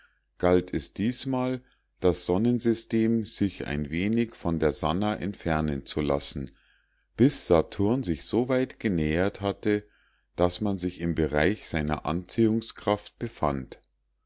galt es diesmal das sonnensystem sich ein wenig von der sannah entfernen zu lassen bis saturn sich soweit genähert hatte daß man sich im bereich seiner anziehungskraft befand